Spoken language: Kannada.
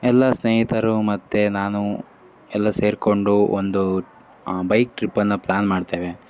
ಎಲ್ಲ ಸ್ನೇಹಿತರು ಮತ್ತು ನಾನು ಎಲ್ಲ ಸೇರಿಕೊಂಡು ಒಂದು ಬೈಕ್ ಟ್ರಿಪ್ ಅನ್ನು ಪ್ಲಾನ್ ಮಾಡ್ತೇವೆ